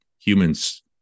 humans